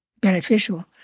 beneficial